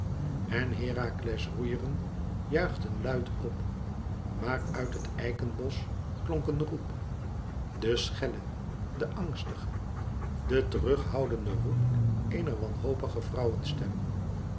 en herakles roeieren juichten luid op maar uit het eikenbosch klonk een roep de schelle de angstige de terug houdende roep eener wanhopige